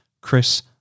Chris